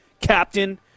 captain